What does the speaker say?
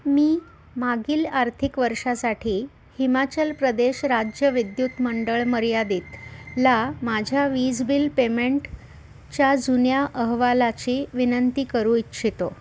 मी मागील आर्थिक वर्षासाठी हिमाचल प्रदेश राज्य विद्युत मंडळ मर्यादित ला माझ्या वीज बिल पेमेंट च्या जुन्या अहवालाची विनंती करू इच्छितो